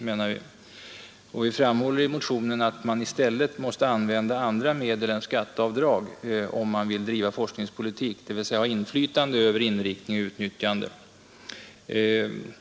I vår motion framhåller vi att man i stället måste använda andra medel än skatteavdrag om man vill driva forskningspolitik, dvs. ha inflytande över inriktning och utnyttjande.